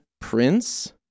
Prince